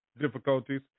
difficulties